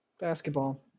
basketball